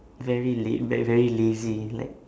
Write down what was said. very laid-back very lazy like